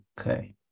okay